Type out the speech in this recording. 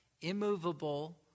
immovable